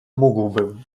mógłbym